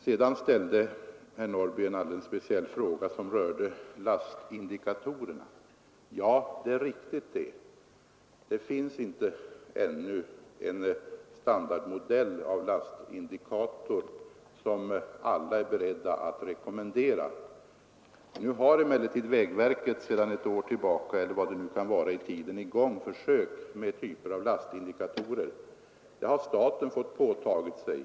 Sedan ställde herr Norrby en speciell fråga, som rörde lastindikatorerna. Ja, det är riktigt, att det ännu inte finns en standardmodell för lastindikator, som alla är beredda att rekommendera. Vägverket har emellertid sedan ett år tillbaka haft i gång försök med typer av lastindikatorer. Denna uppgift har staten fått påta sig.